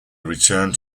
returned